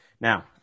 Now